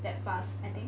that fast I think